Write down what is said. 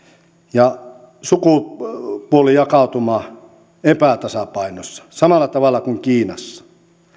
ja sukupuolijakauma epätasapainossa samalla tavalla kuin kiinassa